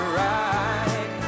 right